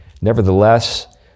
Nevertheless